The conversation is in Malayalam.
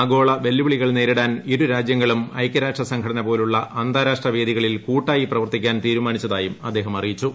ആഗോള വെല്ലുവിളികൾ നേരിടാൻ ഇരുരാജ്യങ്ങളും ഐകൃരാഷ്ട്രട സംഘടന പോലുള്ള അന്താരാഷ്ട്ര വേദികളിൽ കൂട്ടായി പ്രവർത്തിക്കാൻ തീരുമാനിച്ചതായും അദ്ദേഹം അറിയിച്ചു